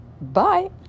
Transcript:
Bye